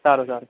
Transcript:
સારું સારું